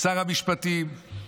שר המשפטים,